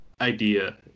idea